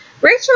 Rachel